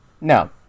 No